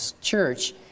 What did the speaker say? church